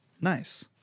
nice